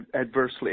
adversely